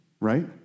right